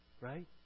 Right